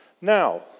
Now